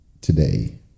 today